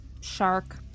shark